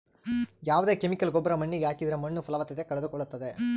ಯಾವ್ದೇ ಕೆಮಿಕಲ್ ಗೊಬ್ರ ಮಣ್ಣಿಗೆ ಹಾಕಿದ್ರೆ ಮಣ್ಣು ಫಲವತ್ತತೆ ಕಳೆದುಕೊಳ್ಳುತ್ತದೆ